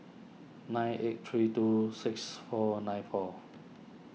nine eight three two six four nine four